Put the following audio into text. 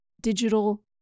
digital